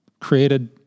created